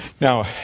Now